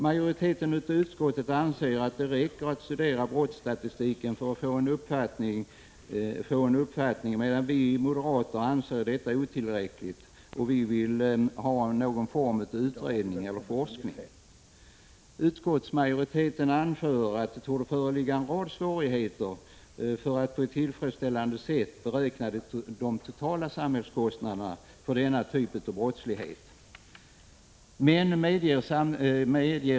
Majoriteten i utskottet anser att det räcker att studera brottsstatistiken för att få en uppfattning, medan vi moderater anser detta otillräckligt och vill ha någon form av utredning eller forskning. Utskottsmajoriteten anför att det torde föreligga en rad svårigheter för att på ett tillfredsställande sätt beräkna de totala samhällskostnaderna för denna typ av brottslighet.